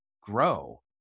grow